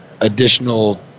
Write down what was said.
additional